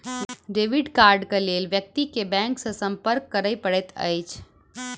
debit कार्डक लेल व्यक्ति के बैंक सॅ संपर्क करय पड़ैत अछि